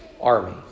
army